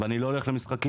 ואני לא הולך למשחקים